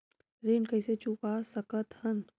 ऋण कइसे चुका सकत हन?